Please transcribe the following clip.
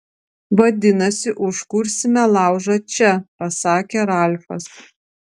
vadinasi užkursime laužą čia pasakė ralfas